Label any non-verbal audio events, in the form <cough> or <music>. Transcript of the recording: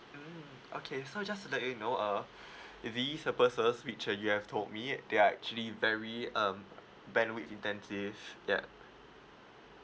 mm okay so just to let you know uh <breath> this uh purposes which uh you have told me they are actually very um bandwidth intensive yup